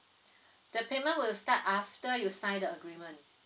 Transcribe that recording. the payment will start after you sign the agreement